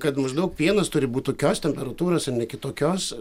kad maždaug pienas turi būt tokios temperatūros ir ne kitokios